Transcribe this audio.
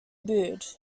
booed